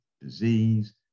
disease